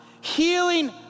Healing